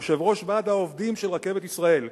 יושב-ראש ועד העובדים של רכבת ישראל,